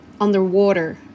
underwater